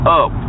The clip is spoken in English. up